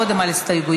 קודם על הסתייגויות,